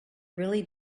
really